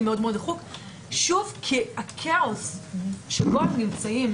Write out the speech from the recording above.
מאוד דחוק כי הכאוס שבו הם נמצאים,